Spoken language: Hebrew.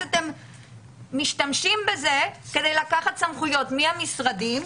אתם משתמשים בזה כדי לקחת סמכויות מהמשרדים,